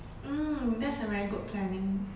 hmm that's a very good planning